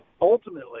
ultimately